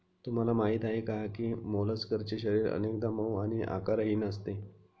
तुम्हाला माहीत आहे का की मोलस्कचे शरीर अनेकदा मऊ आणि आकारहीन असते